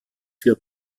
für